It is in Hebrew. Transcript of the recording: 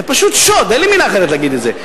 זה פשוט שוד, אין לי מלה אחרת להגיד על זה.